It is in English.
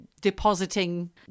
depositing